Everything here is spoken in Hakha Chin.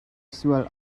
sual